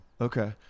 Okay